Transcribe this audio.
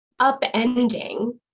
upending